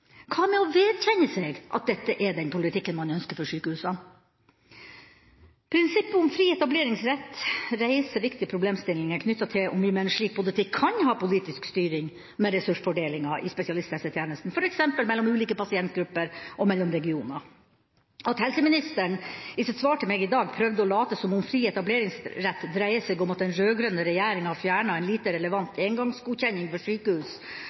Hva med å vedkjenne seg at dette er den politikken man ønsker for sykehusene? Prinsippet om «fri etableringsrett» reiser viktige problemstillinger knyttet til om vi med en slik politikk kan ha politisk styring med ressursfordelinga i spesialisthelsetjenesten, f.eks. mellom ulike pasientgrupper og mellom regioner. At helseministeren i sitt svar til meg i dag prøvde å late som om fri etableringsrett dreier seg om at den rød-grønne regjeringa fjernet en lite relevant engangsgodkjenning for sykehus,